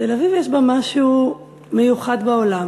תל-אביב יש בה משהו מיוחד בעולם,